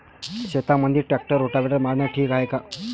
शेतामंदी tractor rotavator मारनं ठीक हाये का?